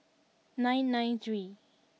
nine nine three